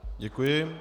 Děkuji.